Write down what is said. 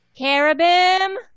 Carabim